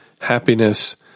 happiness